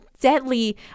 deadly